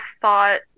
thought